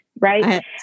right